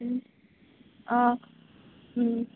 অঁ